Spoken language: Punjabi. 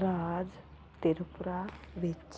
ਰਾਜ ਤ੍ਰਿਪੁਰਾ ਵਿੱਚ